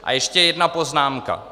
A ještě jedna poznámka.